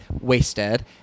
wasted